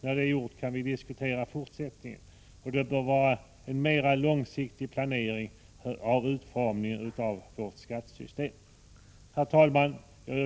När det är gjort kan vi diskutera fortsättningen, och det bör vara en mera långsiktig planering av utformningen av vårt skattesystem. Herr talman!